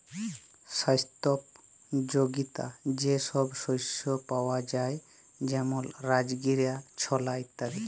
স্বাস্থ্যপ যগীতা যে সব শস্য পাওয়া যায় যেমল রাজগীরা, ছলা ইত্যাদি